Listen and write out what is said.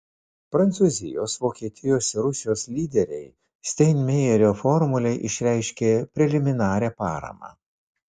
prancūzijos vokietijos ir rusijos lyderiai steinmeierio formulei išreiškė preliminarią paramą